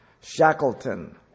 Shackleton